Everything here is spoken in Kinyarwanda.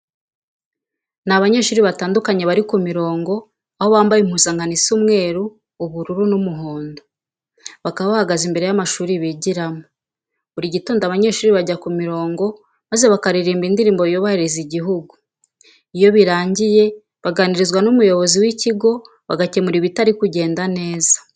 Ni abanyeshuri batandukanye bari ku mirongo aho bambaye impuzankano isa umweru, ubururu n'umuhondo. Bakaba bahagaze imbere y'amashuri bigiramo. Buri gitondo abanyeshuri banja ku mirongo maze bakaririmba Indirimbo yubahiriza Igihugu. Iyo birangije baganirizwa n'umuyobozi w'ikigo, bagakemura ibitari kugenda neza.